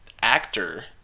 actor